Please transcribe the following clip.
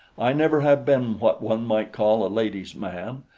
i never have been what one might call a ladies' man,